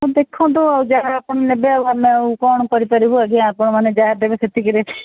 ହଉ ଦେଖନ୍ତୁ ଆଉ ଯାହା ଆପଣ ନେବେ ଆଉ ଆମେ ଆଉ କ'ଣ କରିପାରିବୁ ଆଜ୍ଞା ଆପଣମାନେ ଯାହା ଦେବେ ସେତିକିରେ